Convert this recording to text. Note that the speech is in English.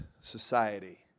society